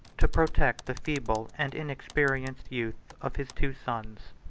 to protect the feeble and inexperienced youth of his two sons.